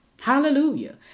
Hallelujah